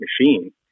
machine